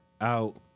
out